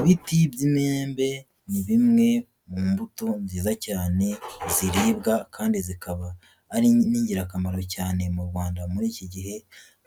Ibiti by'imyembe ni bimwe mu mbuto nziza cyane ziribwa kandi zikaba ari n'ingirakamaro cyane mu Rwanda muri iki gihe